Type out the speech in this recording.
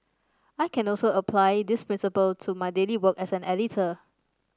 I can also apply this principle to my daily work as an editor